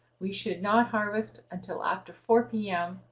we should not harvest until after four p m.